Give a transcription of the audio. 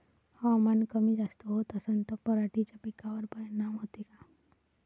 हवामान कमी जास्त होत असन त पराटीच्या पिकावर परिनाम होते का?